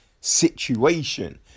situation